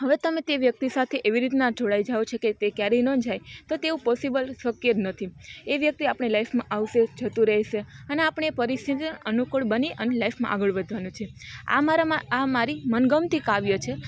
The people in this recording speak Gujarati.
હવે તમે તે વ્યક્તિ સાથે એવી રીતના જોડાઈ જાઓ છો કે તે ક્યારે ન જાય તો તેવું પોસિબલ શક્ય નથી એ વ્યક્તિ આપણી લાઈફમાં આવશે જતું રહેશે અને આપણે પરિસ્થિતિને અનુકૂળ બની અને લાઈફમાં આગળ વધવાનું છે આ મારામાં આ મારી મનગમતી કાવ્ય છે